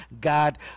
God